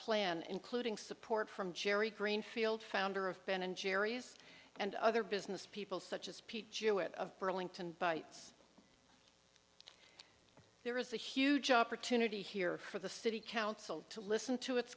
plan including support from jerry greenfield founder of ben and jerry's and other business people such as pete jewett of burlington bites there is a huge opportunity here for the city council to listen to its